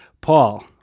Paul